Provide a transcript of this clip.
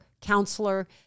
counselor